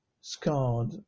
scarred